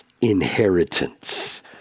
inheritance